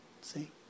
See